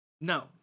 no